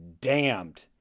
Damned